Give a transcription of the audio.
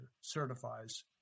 certifies